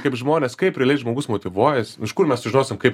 kaip žmonės kaip realiai žmogus motyvuojasi iš kur mes sužinosim kaip